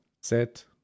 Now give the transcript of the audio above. set